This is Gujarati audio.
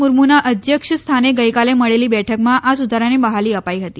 મુર્મ્ના અધ્યક્ષસ્થાને ગઈકાલે મળેલી બેઠકમાં આ સુધારાને બહાલી અપાઈ હતી